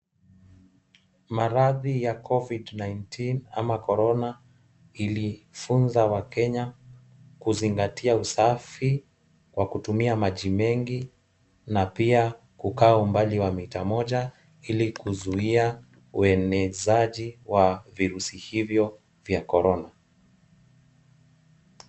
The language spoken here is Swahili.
Maradhi ya covid nineteen ama corona ilifunza wakenya kuzingatia usafi kwa kutumia maji mengi na pia kukaa umbali wa mita moja ili kuzuia uenezaji wa virusi hivyo vya corona.